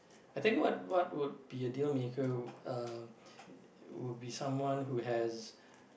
has